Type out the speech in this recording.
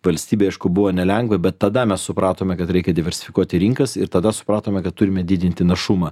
valstybei aišku buvo nelengva bet tada mes supratome kad reikia diversifikuoti rinkas ir tada supratome kad turime didinti našumą